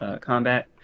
combat